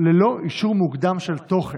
ללא אישור מוקדם של תוכן.